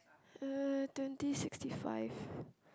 uh twenty sixty five